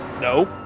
No